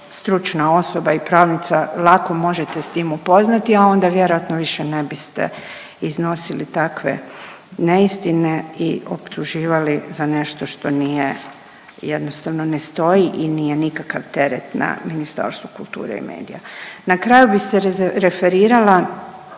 stručna osoba i pravnica lako možete s tim upoznati, a onda vjerojatno više ne biste iznosili takve neistine i optuživali za nešto što nije jednostavno ne stoji i nije nikakav teret na Ministarstvu kulture i medija. Na kraju bi se referirala